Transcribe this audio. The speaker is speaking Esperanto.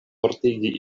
mortigi